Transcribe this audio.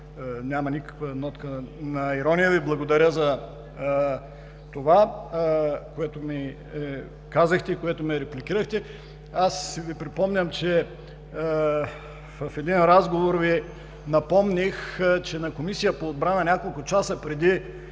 уважение, без нотка на ирония, Ви благодаря за това, което ми казахте, с което ме репликирахте. Аз Ви припомням, че в един разговор Ви напомних, че на Комисия по отбрана, няколко часа преди